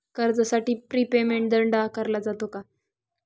कर्जासाठी prepayment दंड आकारला जातो का?